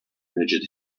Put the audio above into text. rigid